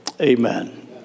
amen